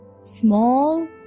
small